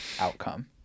outcome